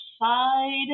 side